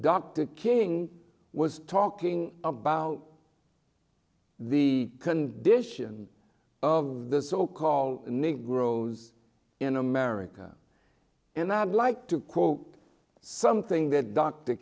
dr king was talking about the condition of the so called negroes in america and i'd like to quote something that dr